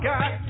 God